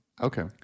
Okay